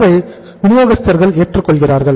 செலவை வினியோகஸ்தர் ஏற்றுக்கொள்கிறார்